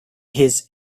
his